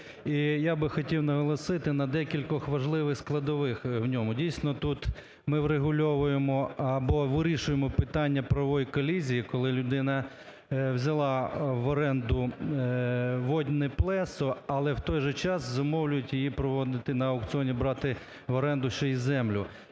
я би хотів наголосити на декількох важливих складових в ньому. Дійсно тут ми врегульовуємо або вирішуємо питання правової колізії, коли людина взяла в оренду водне плесо, але в той же час зумовлюють її проводити, на аукціоні брати в оренду ще й землю.